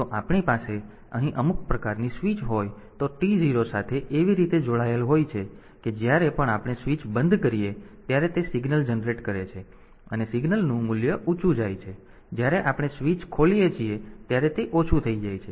તેથી જો આપણી પાસે અહીં અમુક પ્રકારની સ્વીચ હોય તો T0 સાથે એવી રીતે જોડાયેલ હોય છે કે જ્યારે પણ આપણે સ્વીચ બંધ કરીએ ત્યારે તે સિગ્નલ જનરેટ કરે છે અને સિગ્નલનું મૂલ્ય ઊંચું જાય છે અને જ્યારે આપણે સ્વીચ ખોલીએ છીએ ત્યારે તે ઓછું થઈ જાય છે